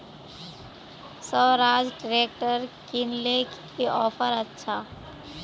Swaraj tractor किनले की offer अच्छा?